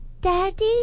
Daddy